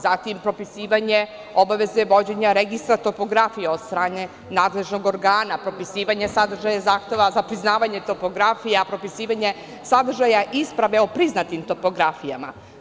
Zatim, propisivanje obaveze vođenja registra topografije od strane nadležnog organa, propisivanje sadržaja zahteva za priznavanje topografija, propisivanje sadržaja isprave o priznatim topografijama.